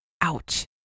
Ouch